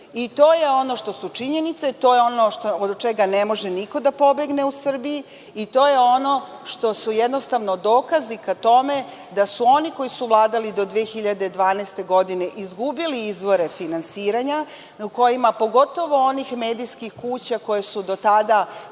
na medijskoj sceni Srbije. To je ono od čega ne možemo niko da pobegne u Srbiji i to je ono što su dokazi ka tome da su oni koji su vladali do 2012. godine izgubili izvore finansiranja u kojima, pogotovo onih medijskih kuća koje su do tada